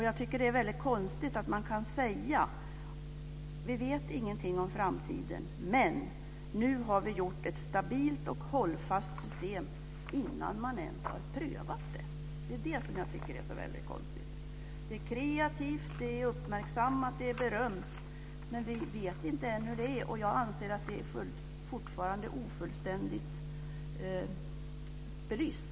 Jag tycker att det är väldigt konstigt att man innan man ens har prövat detta system kan säga: Vi vet ingenting om framtiden, men nu har vi gjort ett stabilt och hållfast system. Det är det jag tycker är konstigt. Det är kreativt, det är uppmärksammat och det är berömt, men vi vet inte ännu hur det är. Jag anser att det fortfarande är ofullständigt belyst.